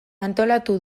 antolatu